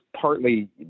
partly